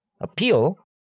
appeal